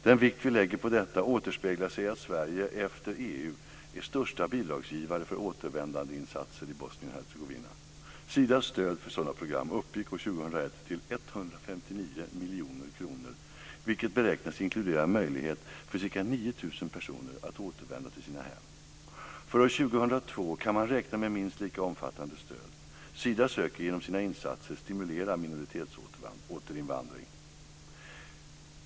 Den vikt vi lägger vid detta återspeglar sig i att Sverige efter EU är den största bidragsgivaren för återvändandeinsatser i Bosnien Hercegovina. Sidas stöd för sådana program uppgick år 2001 till 159 miljoner kronor, vilket beräknas inkludera möjlighet för ca 9 000 personer att återvända till sina hem. För år 2002 kan man räkna med minst lika omfattande stöd. Sida söker genom sina insatser stimulera minoritetsåterinvandring.